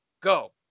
Go